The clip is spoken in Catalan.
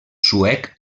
suec